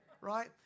Right